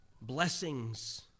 blessings